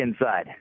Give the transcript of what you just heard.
inside